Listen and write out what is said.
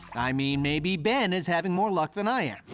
i mean, maybe ben is having more luck than i am.